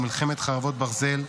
ומלחמת חרבות ברזל,